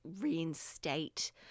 reinstate